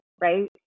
right